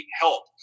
help